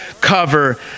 cover